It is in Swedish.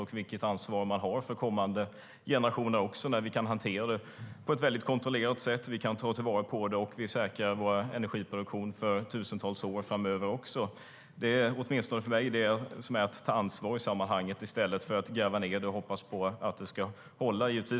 Vilket ansvar har man för kommande generationer? Vi kan ju hantera detta på ett kontrollerat sätt. Vi kan ta till vara på det och vi säkrar också vår energiproduktion för tusentals år framöver. Åtminstone för mig är det att ta ansvar i sammanhanget i stället för att gräva ned avfallet och hoppas på att det ska hålla sig kvar.